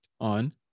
on